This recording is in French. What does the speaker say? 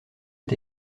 est